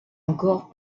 encore